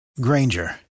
Granger